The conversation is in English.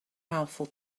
powerful